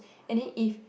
and then if